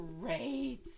great